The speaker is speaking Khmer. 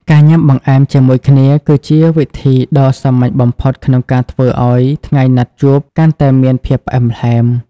ការញ៉ាំបង្អែមជាមួយគ្នាគឺជាវិធីដ៏សាមញ្ញបំផុតក្នុងការធ្វើឱ្យថ្ងៃណាត់ជួបកាន់តែមានភាពផ្អែមល្ហែម។